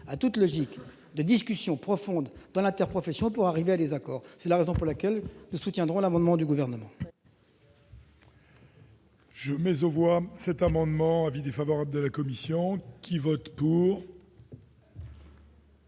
à toute logique de discussion profonde dans l'interprofession pour parvenir à des accords. C'est la raison pour laquelle nous soutiendrons l'amendement du Gouvernement.